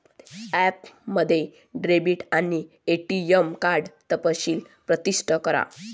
ॲपमध्ये डेबिट आणि ATM card तपशील प्रविष्ट करा